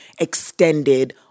extended